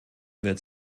wird